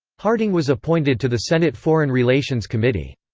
harding was appointed to the senate foreign relations committee.